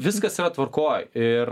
viskas tvarkoj ir